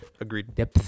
Agreed